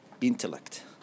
intellect